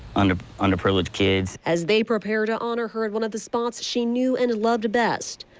and underprivileged kids. as they prepare to honor her as one of the spots she knew and loved best.